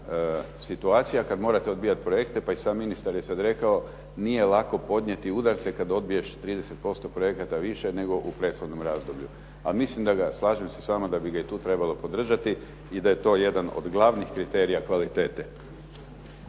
situacija kada morate odbijati projekte, pa i sam ministar je sada rekao nije lako podnijeti udarce kada odbiješ 30% projekata više nego u prethodnom razdoblju. A mislim i slažem se s vama da bi ga tu trebalo podržati i da je to jedan od glavnih kriterija kvalitete.